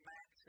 Max